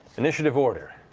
initiative order.